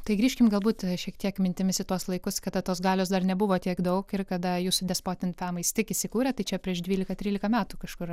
tai grįžkim galbūt šiek tiek mintimis į tuos laikus kada tos galios dar nebuvo tiek daug ir kada jūsų despotin fam tik įsikūrė tai čia prieš dvylika trylika metų kažkur